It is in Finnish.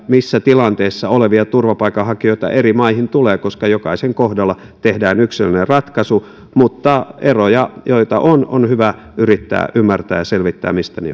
missä tilanteessa olevia turvapaikanhakijoita eri maihin tulee koska jokaisen kohdalla tehdään yksilöllinen ratkaisu mutta eroja joita on on hyvä yrittää ymmärtää ja selvittää mistä ne